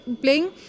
playing